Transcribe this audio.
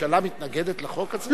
הממשלה מתנגדת לחוק הזה?